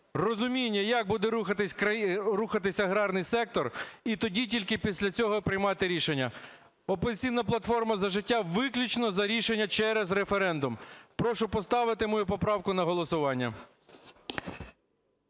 розуміння, як буде рухатись аграрний сектор. І тоді тільки, після цього, приймати рішення. "Опозиційна платформа – За життя" – виключно за рішення через референдум. Прошу поставити мою поправку на голосування.